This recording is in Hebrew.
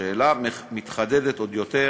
והשאלה מתחדדת עוד יותר